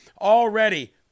already